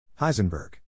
Heisenberg